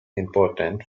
important